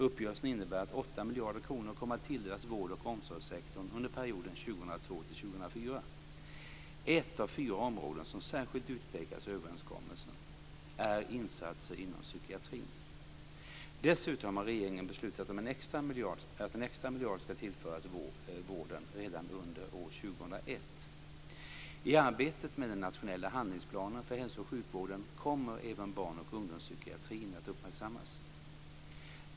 Uppgörelsen innebär att 8 miljarder kronor kommer att tilldelas vård och omsorgssektorn under perioden 2002-2004. Ett av fyra områden som särskilt utpekas i överenskommelsen är insatser inom psykiatrin. Dessutom har regeringen beslutat att en extra miljard ska tillföras vården redan under år 2001. I arbetet med den nationella handlingsplanen för hälso och sjukvården kommer även barn och ungdomspsykiatrin att uppmärksammas.